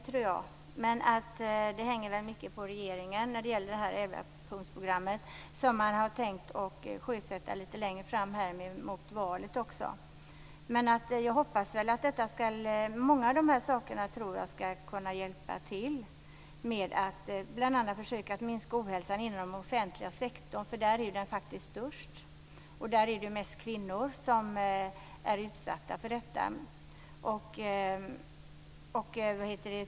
Däremot hänger det väl mycket på regeringen när det gäller det 11-punktsprogram som man tänkt sjösätta lite längre fram mot valet. Många av de här sakerna ska väl kunna vara till hjälp bl.a. när det gäller att försöka minska ohälsan inom den offentliga sektorn, där ohälsan faktiskt är störst. Det är mest kvinnor som är utsatta för detta.